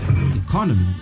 economy